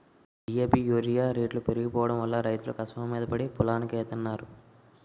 DAP urea రేట్లు పెరిగిపోడంవల్ల రైతులు కసవమీద పడి పొలానికెత్తన్నారు